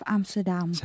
Amsterdam